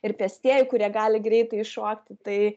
ir pėstieji kurie gali greitai iššokti tai